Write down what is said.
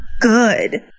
good